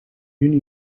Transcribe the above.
juni